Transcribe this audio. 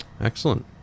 Excellent